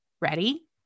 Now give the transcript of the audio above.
Ready